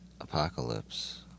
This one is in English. Apocalypse